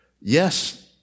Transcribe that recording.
yes